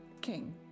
king